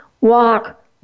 walk